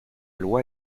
loi